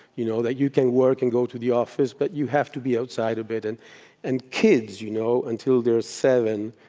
you know that you can work and go to the office, but you have to be outside a bit and and kids, you know until they're seven,